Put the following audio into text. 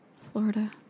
Florida